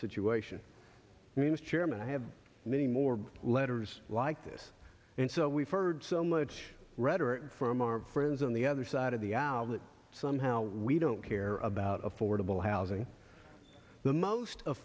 situation i mean as chairman i have many more letters like this and so we've heard so much rhetoric from our friends on the other side of that somehow we don't care about affordable housing the most